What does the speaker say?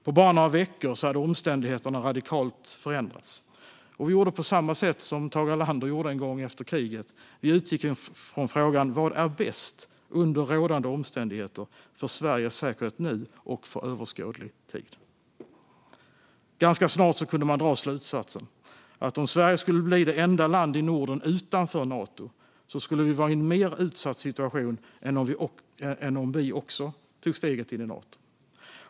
På bara några veckor hade omständigheterna radikalt förändrats, och vi gjorde på samma sätt som Tage Erlander en gång gjorde efter kriget. Vi utgick från frågan: Vad är bäst, under rådande omständigheter, för Sveriges säkerhet nu och för överskådlig tid? Ganska snart kunde man dra slutsatsen att om Sverige skulle bli det enda landet i Norden utanför Nato skulle vi vara i en mer utsatt situation än om vi också tog steget in i Nato.